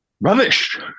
Rubbish